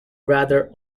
rather